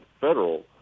federal